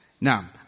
Now